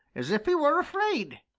as if he were afraid.